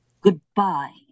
Goodbye